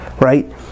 Right